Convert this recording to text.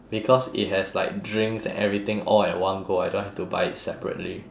because it has like drinks and everything all at one go I don't have to buy it separately